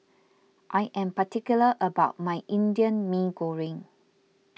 I am particular about my Indian Mee Goreng